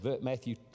Matthew